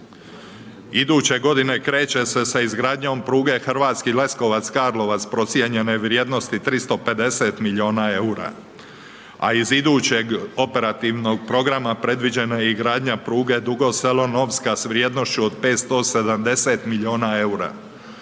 Iduće godine kreće se sa izgradnjom pruge Hrvatski Leskovac-Karlovac procijenjene vrijednosti 350 milijuna EUR-a, a iz idućeg Operativnog programa predviđena je i gradnja pruge Dugo Selo-Novska s vrijednošću od 570 milijuna EUR-a.